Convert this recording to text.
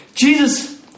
Jesus